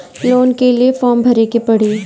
Loan के लिए form भरे के पड़ी?